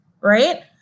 right